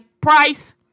price